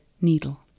needle